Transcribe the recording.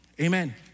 Amen